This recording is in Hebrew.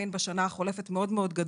בשנה החולפת יצאנו עם קמפיין מאוד גדול